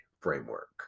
framework